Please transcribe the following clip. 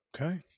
Okay